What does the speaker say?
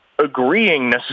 agreeing